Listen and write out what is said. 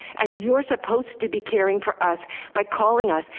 and you're supposed to be caring for us by calling us,